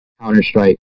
Counter-Strike